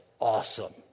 awesome